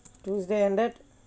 tuesday end at